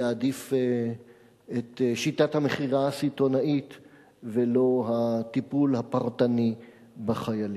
יעדיף את שיטת המכירה הסיטונית ולא את הטיפול הפרטני בחיילים.